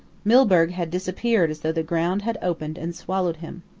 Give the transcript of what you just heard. milburgh had disappeared as though the ground had opened and swallowed him.